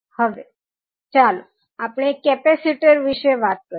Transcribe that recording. હવે ચાલો આપણે કેપેસિટર વિષે વાત કરીએ